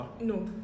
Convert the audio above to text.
No